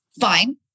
fine